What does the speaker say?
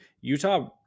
Utah